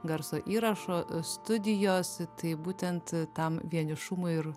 garso įrašų studijos tai būtent tam vienišumui ir